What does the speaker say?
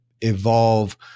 evolve